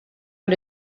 out